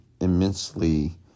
immensely